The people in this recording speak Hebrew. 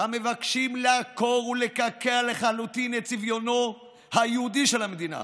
המבקשים לעקור ולקעקע לחלוטין את צביונה היהודי של המדינה